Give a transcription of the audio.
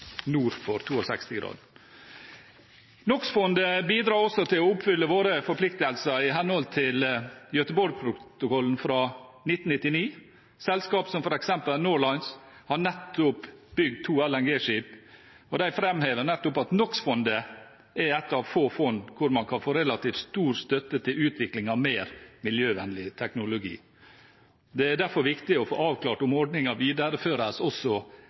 nord for 62-graden. NOx-fondet bidrar også til å oppfylle våre forpliktelser i henhold til Gøteborg-protokollen fra 1999. Selskap som f.eks. Nor Lines har nettopp bygd to LNG-skip, og de framhever nettopp at NOx-fondet er ett av få fond hvor man kan få relativt stor støtte til utvikling av mer miljøvennlig teknologi. Det er derfor viktig å få avklart om ordningen videreføres også